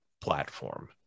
platform